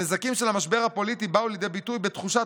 הנזקים של המשבר הפוליטי באו לידי ביטוי בתחושת